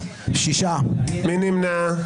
מי נמנע?